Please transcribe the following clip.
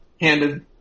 handed